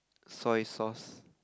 soy sauce